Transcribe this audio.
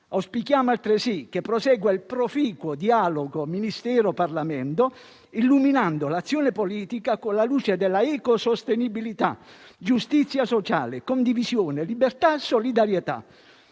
Auspichiamo altresì che prosegua il proficuo dialogo Ministero - Parlamento, illuminando l'azione politica con la luce della ecosostenibilità, giustizia sociale, condivisione, libertà e solidarietà.